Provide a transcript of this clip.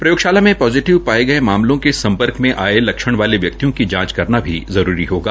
प्रयोगशाला में पोजिटिव पाये गये मामलों के सम्पर्क में आये लक्ष्ण वाले व्यक्तियों की जांच करना भी जरूरी होगा